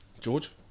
George